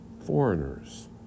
foreigners